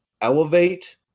elevate